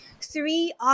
three